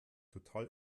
total